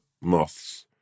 moths